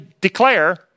declare